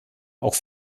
auch